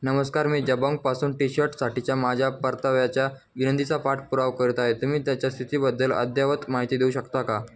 नमस्कार मी जबंगपासून टी शर्टसाठीच्या माझ्या परताव्याच्या विनंंतीचा पाठपुरावा करत आहे तुम्ही त्याच्या स्थितीबद्दल अद्ययावत माहिती देऊ शकता का